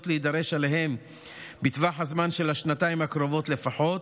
להידרש אליהם בטווח הזמן של השנתיים הקרובות לפחות,